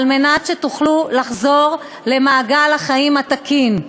כדי שתוכלו לחזור למעגל החיים התקין,